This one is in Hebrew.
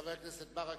חבר הכנסת ברכה,